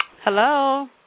Hello